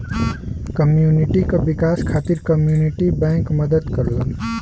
community क विकास खातिर कम्युनिटी बैंक मदद करलन